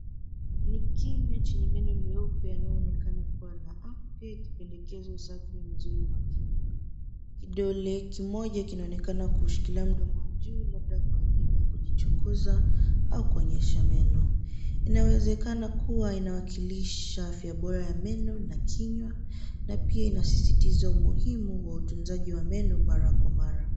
Ni kimya chenye meno meupe yanayo onekana kuwa na afya huku ikipendekeza usafi mzuri wa kimya. Kidole kimoja kinaonekana kushikilia mdomo wa juu, labda kwa ajili ya kujichunguza au kuonyesha meno. Inawezekana kuwa inawakilisha afya bora ya meno na kinywa, na pia inasisitiza umuhimu wa utunzaji wa meno mara kwa mara.